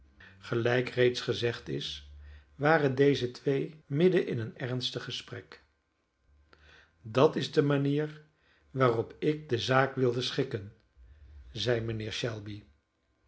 gelijk reeds gezegd is waren deze twee midden in een ernstig gesprek dat is de manier waarop ik de zaak wilde schikken zeide mr shelby